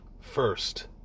first